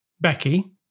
Becky